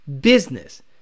business